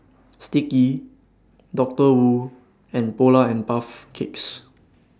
Sticky Doctor Wu and Polar and Puff Cakes